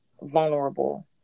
vulnerable